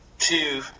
two